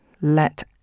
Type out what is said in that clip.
Let